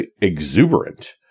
exuberant